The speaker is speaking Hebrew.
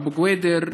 אבו קוידר,